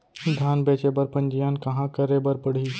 धान बेचे बर पंजीयन कहाँ करे बर पड़ही?